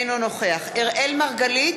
אינו נוכח אראל מרגלית,